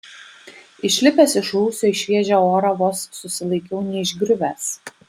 išlipęs iš rūsio į šviežią orą vos susilaikiau neišgriuvęs